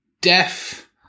deaf